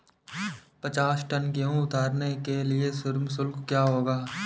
पचास टन गेहूँ उतारने के लिए श्रम शुल्क क्या होगा?